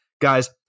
Guys